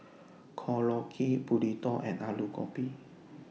Korokke Burrito and Alu Gobi